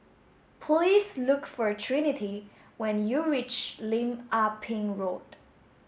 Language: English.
please look for Trinity when you reach Lim Ah Pin Road